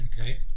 Okay